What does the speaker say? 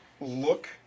look